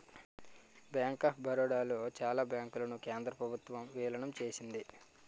bank of Baroda లో చాలా బ్యాంకులను కేంద్ర ప్రభుత్వం విలీనం చేసింది